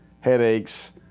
headaches